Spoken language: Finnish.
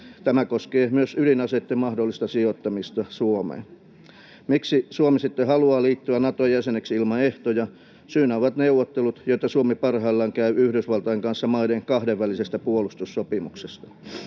Tämä koskee myös ydinaseitten mahdollista sijoittamista Suomeen. Miksi Suomi sitten haluaa liittyä Naton jäseneksi ilman ehtoja? Syynä ovat neuvottelut, joita Suomi parhaillaan käy Yhdysvaltain kanssa maiden kahdenvälisestä puolustussopimuksesta.